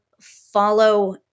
follow